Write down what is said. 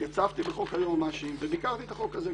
התייצבתי בחוק היועמ"שים וביקרתי את החוק הזה,